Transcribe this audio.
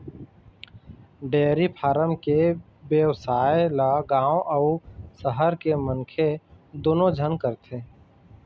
dairy farm के बेवसाय ल गाँव अउ सहर के मनखे दूनो झन करथे